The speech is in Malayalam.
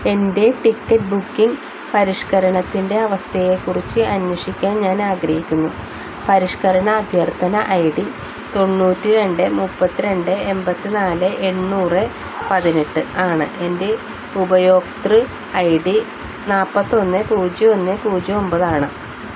എൻ്റെ ടിക്കറ്റ് ബുക്കിംഗ് പരിഷ്ക്കരണത്തിൻ്റെ അവസ്ഥയെക്കുറിച്ച് അന്വേഷിക്കാൻ ഞാനാഗ്രഹിക്കുന്നു പരിഷ്ക്കരണ അഭ്യർത്ഥന ഐ ഡി തൊണ്ണൂറ്റി രണ്ട് മുപ്പത്തി രണ്ട് എണ്പത്തിനാല് എണ്ണൂറ് പതിനെട്ട് ആണ് എൻ്റെ ഉപയോക്തൃ ഐ ഡി നാല്പത്തിയൊന്ന് പൂജ്യം ഒന്ന് പൂജ്യം ഒമ്പതാണ്